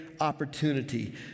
opportunity